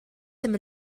ddim